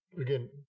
Again